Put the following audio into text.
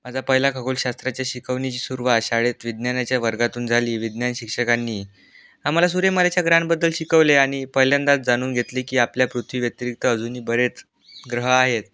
माझा पहिला खगोलशास्त्राच्या शिकवणीची सुरुवात शाळेत विज्ञानाच्या वर्गातून झाली विज्ञान शिक्षकांनी आम्हाला सूर्यमालेच्या ग्रहांबद्दल शिकवले आणि पहिल्यांदाच जाणून घेतले की आपल्या पृथ्वीव्यतिरिक्त अजूनही बरेच ग्रह आहेत